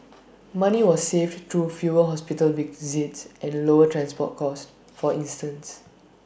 money was saved through fewer hospital visits and lower transport costs for instance